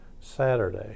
Saturday